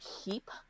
keep